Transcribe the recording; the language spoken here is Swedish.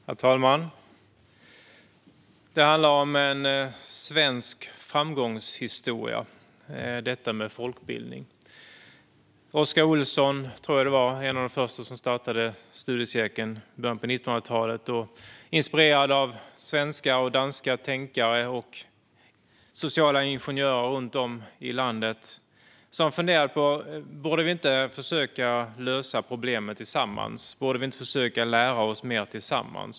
Herr talman! Nu handlar det om en svensk framgångshistoria, nämligen folkbildning. Jag tror att Oscar Olsson var en av de första som startade en studiecirkel i början av 1900-talet, inspirerad av svenska och danska tänkare och sociala ingenjörer runt om i landet som funderade på om vi inte borde försöka lösa problem tillsammans och försöka lära oss mer tillsammans.